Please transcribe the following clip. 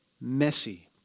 messy